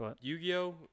Yu-Gi-Oh